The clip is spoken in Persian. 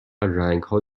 رنگها